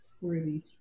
worthy